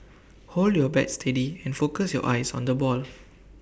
hold your bat steady and focus your eyes on the ball